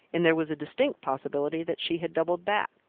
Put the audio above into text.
and there was a distinct possibility that she had doubled back.